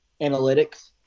Analytics